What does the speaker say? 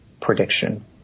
prediction